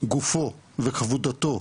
גופו וכבודתו,